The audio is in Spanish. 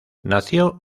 nació